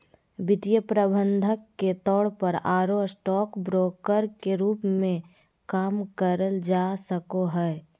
वित्तीय प्रबंधक के तौर पर आरो स्टॉक ब्रोकर के रूप मे काम करल जा सको हई